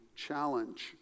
challenge